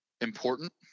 important